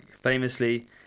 famously